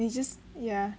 they just yeah